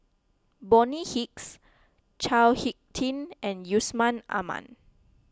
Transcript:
Bonny Hicks Chao Hick Tin and Yusman Aman